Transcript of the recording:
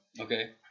Okay